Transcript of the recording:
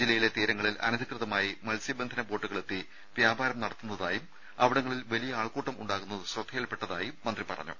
ജില്ലയിലെ തീരങ്ങളിൽ അനധികൃതമായി മൽസ്യബന്ധന ബോട്ടുകളെത്തി വ്യാപാരം നടത്തുന്നതായും അവിടങ്ങളിൽ വലിയ ആൾക്കൂട്ടം ഉണ്ടാവുന്നത് ശ്രദ്ധയിൽപ്പെട്ടതായും മന്ത്രി പറഞ്ഞു